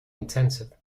intensive